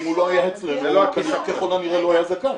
אם הוא לא היה אצלנו הוא ככל הנראה לא היה זכאי.